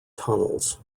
tunnels